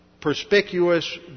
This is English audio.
Perspicuous